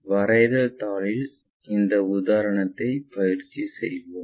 வரைதல் தாளில் இந்த உதாரணத்தை பயிற்சி செய்வோம்